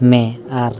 ᱢᱮ ᱟᱨ